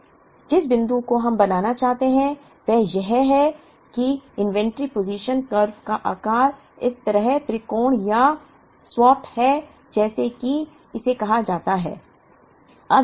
तो जिस बिंदु को हम बनाना चाहते हैं वह यह है कि इन्वेंट्री पोजिशन कर्व का आकार इस तरह त्रिकोण या सॉवोथ है जैसा कि इसे कहा जाता है